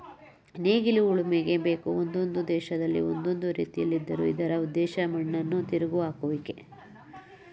ನೇಗಿಲು ಉಳುಮೆಗೆ ಬೇಕು ಒಂದೊಂದು ದೇಶದಲ್ಲಿ ಒಂದೊಂದು ರೀತಿಲಿದ್ದರೂ ಇದರ ಉದ್ದೇಶ ಮಣ್ಣನ್ನು ತಿರುವಿಹಾಕುವುದು